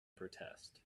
protest